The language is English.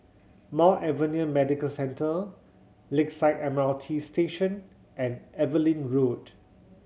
Mount Alvernia Medical Centre Lakeside M R T Station and Evelyn Road